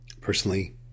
Personally